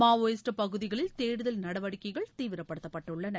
Maoist பகுதிகளில் தேடுதல் நடவடிக்கைகள் தீவிரப்படுத்தப்பட்டுள்ளன